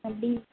அப்படி